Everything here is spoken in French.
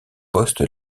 poste